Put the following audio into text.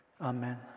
Amen